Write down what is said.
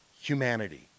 Humanity